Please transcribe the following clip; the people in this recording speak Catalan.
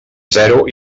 zero